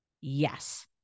yes